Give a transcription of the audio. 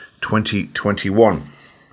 2021